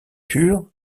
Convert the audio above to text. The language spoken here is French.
pur